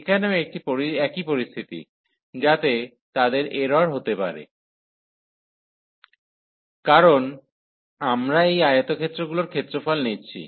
এখানেও একই পরিস্থিতি যাতে তাদের এরর হতে পারে কারণ আমরা এই আয়তক্ষেত্রগুলির ক্ষেত্রফল নিচ্ছি